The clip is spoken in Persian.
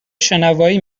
شنوایی